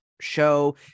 show